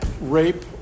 rape